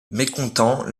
mécontent